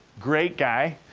great guy.